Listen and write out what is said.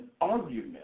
argument